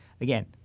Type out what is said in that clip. Again